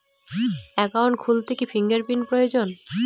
Account খুলতে কি fingerprint প্রয়োজন?